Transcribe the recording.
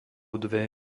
dve